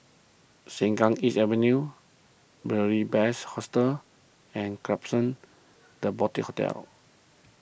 Sengkang East Avenue Beary Best Hostel and Klapsons the Boutique Hotel